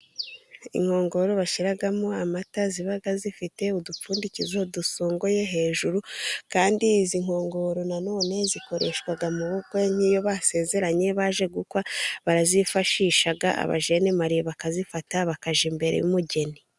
Inkongoro bashyiramo amata ziba zifite udupfundikizo dusongoye hejuru, kandi izi nkongoro na none zikoreshwa mu bukwe nk'iyo basezeranye baje gukwa barazifashisha. Abajene maliye bakazifata bakajya imbere y'umugeni.